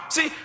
See